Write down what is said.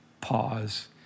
pause